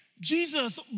Jesus